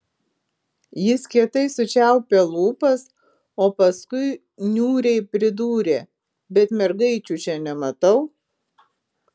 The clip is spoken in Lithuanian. jis kietai sučiaupė lūpas o paskui niūriai pridūrė bet mergaičių čia nematau